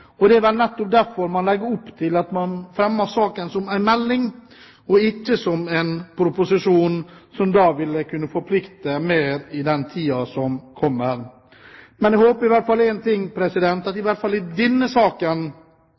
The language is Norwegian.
meldingen. Det er vel nettopp derfor man fremmer saken som en melding og ikke som en proposisjon, som da ville kunne forplikte mer i tiden som kommer. Men jeg håper i hvert fall at vi i denne saken